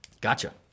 gotcha